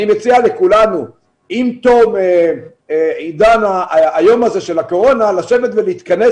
אני מציע לכולנו עם תום היום הזה של הקורונה לשבת ולהתכנס